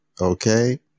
Okay